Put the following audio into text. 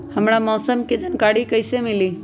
हमरा मौसम के जानकारी कैसी मिली?